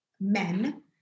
men